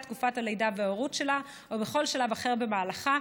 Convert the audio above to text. תקופת הלידה וההורות שלה או בכל שלב אחר במהלכה,